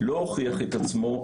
לא הוכיח את עצמו,